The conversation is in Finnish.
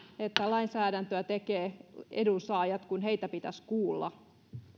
että lainsäädäntöä tekevät edunsaajat kun heitä pitäisi kuulla